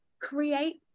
create